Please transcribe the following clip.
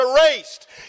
erased